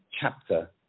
chapter